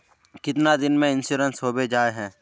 कीतना दिन में इंश्योरेंस होबे जाए है?